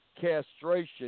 castration